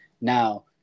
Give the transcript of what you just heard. Now